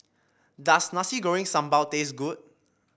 does Nasi Goreng Sambal taste good